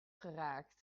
geraakt